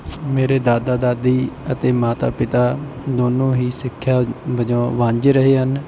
ਮੇਰੇ ਦਾਦਾ ਦਾਦੀ ਅਤੇ ਮਾਤਾ ਪਿਤਾ ਦੋਨੋਂ ਹੀ ਸਿੱਖਿਆ ਵਜੋਂ ਵਾਂਝੇ ਰਹੇ ਹਨ